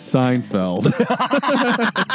Seinfeld